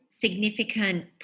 significant